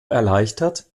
erleichtert